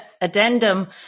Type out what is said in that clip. addendum